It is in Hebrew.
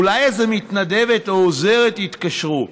אולי איזו מתנדבת או עוזרת יתקשרו,